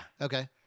Okay